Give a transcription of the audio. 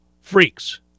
freaks